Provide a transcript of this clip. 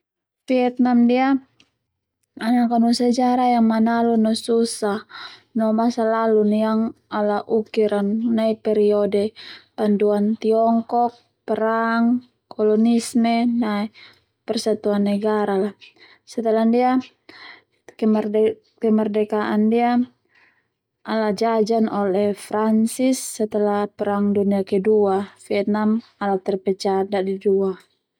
Vietnam ndia ana Kanu sejarah yang manalu no susah no masa lalu yang ala ukur nai panduan Tiongkok perang kolonialisme ma persatuan negara setelah ndia kemerdekaan ndia ala jajan oleh Francis setelah perang dunia kedua Vietnam ala terpecah da'di dua.